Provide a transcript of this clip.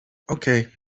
okay